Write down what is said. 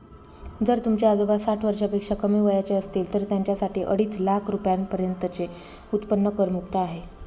जर तुमचे आजोबा साठ वर्षापेक्षा कमी वयाचे असतील तर त्यांच्यासाठी अडीच लाख रुपयांपर्यंतचे उत्पन्न करमुक्त आहे